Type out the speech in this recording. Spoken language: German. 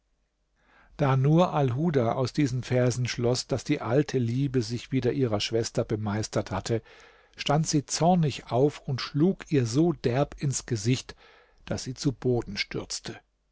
da nur alhuda aus diesen versen schloß daß die alte liebe sich wieder ihrer schwester bemeistert hatte stand sie zornig auf und schlug ihr so derb ins gesicht daß sie zu boden stürzte